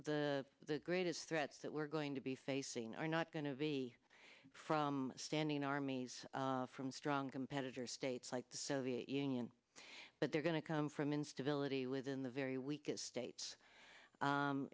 the greatest threats that we're going to be facing are not going to be from standing armies from strong competitor states like the soviet union but they're going to come from instability within the very weakest states